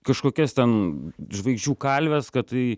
kažkokias ten žvaigždžių kalves kad tai